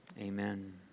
Amen